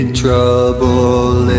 trouble